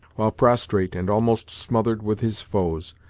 while prostrate, and almost smothered with his foes,